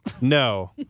No